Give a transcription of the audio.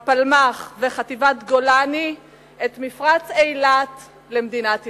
פלמ"ח, וחטיבת גולני את מפרץ אילת למדינת ישראל.